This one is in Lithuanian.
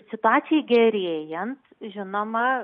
situacijai gerėjant žinoma